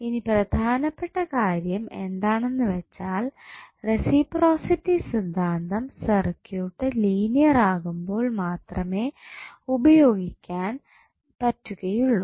ഇനി പ്രധാനപ്പെട്ട കാര്യം എന്താണെന്ന് വെച്ചാൽ റസിപ്രോസിറ്റി സിദ്ധാന്തം സർക്യൂട്ട് ലീനിയർ ആകുമ്പോൾ മാത്രമേ ഉപയോഗിക്കാൻ പറ്റുകയുള്ളൂ